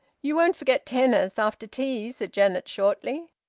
you won't forget tennis after tea, said janet shortly.